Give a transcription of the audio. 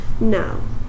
No